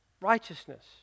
righteousness